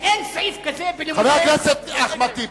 חבר הכנסת אחמד טיבי.